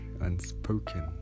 unspoken